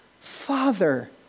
Father